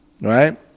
Right